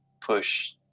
push